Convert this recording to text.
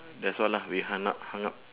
that's all ah we hung up hung up